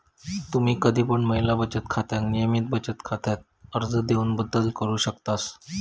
तुम्ही कधी पण महिला बचत खात्याक नियमित बचत खात्यात अर्ज देऊन बदलू शकतास